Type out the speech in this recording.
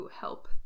Help